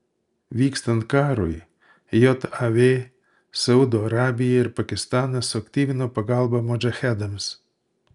vykstant karui jav saudo arabija ir pakistanas suaktyvino pagalbą modžahedams